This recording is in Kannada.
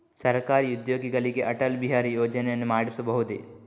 ಸರಕಾರಿ ಉದ್ಯೋಗಿಗಳಿಗೆ ಅಟಲ್ ಬಿಹಾರಿ ಯೋಜನೆಯನ್ನು ಮಾಡಿಸಬಹುದೇ?